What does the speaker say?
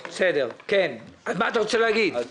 מה אתה רוצה להגיד?